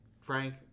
Frank